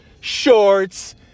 shorts